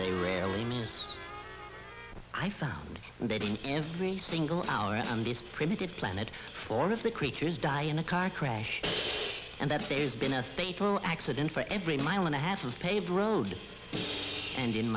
they rarely need i found that in every single hour on this primitive planet four of the creatures die in a car crash and that there's been a fatal accident for every mile and a half of paved road and in